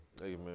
Amen